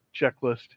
checklist